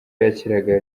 yakiraga